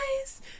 guys